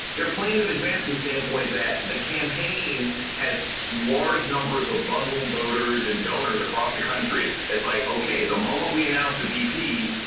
they're planned in advance from the standpoint that the campaign has large numbers of bundall voters and donors across the country. it's like, ok, the moment we announce the vp,